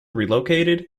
relocated